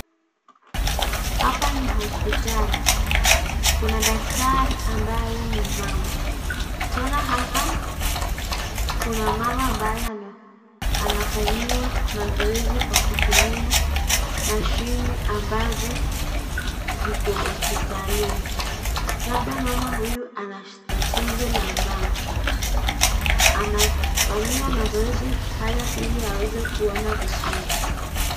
Hapa ni hospitali, kuna daktari ambaye ni mama, tena hapa kuna mama ambaye anafanyiwa mazoezi kwa kutumia mashine ambazo ziko hospitalini, labda mama huyu ama tatizo la macho, anafanyiwa mazoezi haya ili aweze kuona vizuri.